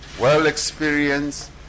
well-experienced